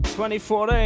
2014